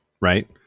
right